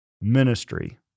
ministry